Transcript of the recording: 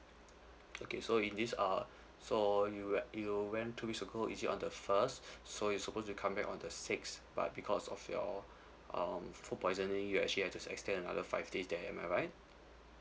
okay so in this err so you wen~ you went to whimsical is it on the first so you supposed to come back on the sixth but because of your um food poisoning you actually have to extend another five days there am I right